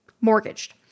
mortgaged